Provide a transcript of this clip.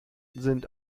sind